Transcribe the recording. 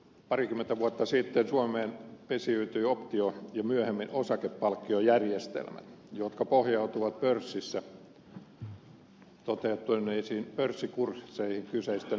parikymmentä vuotta sitten suomeen pesiytyi optio ja myöhemmin osakepalkkiojärjestelmä jotka pohjautuvat pörssissä toteutuneisiin pörssikursseihin kyseisten yhtiöiden osalta